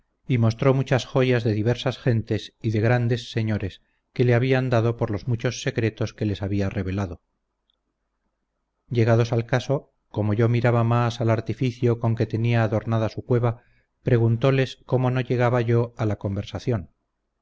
y mostró muchas joyas de diversas gentes y de grandes señores que le habían dado por los muchos secretos que les había revelado llegados al caso como yo miraba más al artificio con que tenía adornada su cueva preguntoles cómo no llegaba yo a la conversación